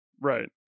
right